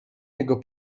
jego